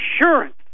insurance